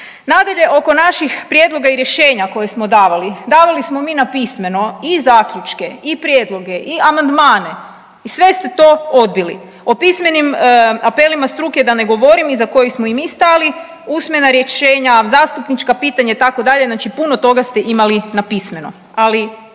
Nadalje, oko naših prijedloga i rješenja koje smo davali, davali smo mi napismeno i zaključke, i prijedloge, i amandmane i sve ste to odbili. O pismenim apelima struke da ne govorim iza kojih smo i mi stali, usmena rješenja, zastupnička pitanja itd. znači, puno toga ste imali napismeno ali